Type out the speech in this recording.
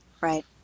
right